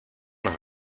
nos